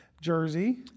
Jersey